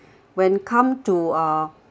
when come to uh